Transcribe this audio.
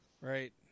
Right